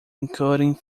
encoding